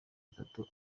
atatu